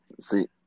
see